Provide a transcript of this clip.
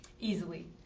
easily